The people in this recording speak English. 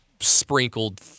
Sprinkled